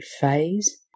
phase